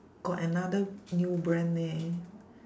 got another new brand leh